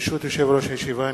ברשות יושב-ראש הישיבה,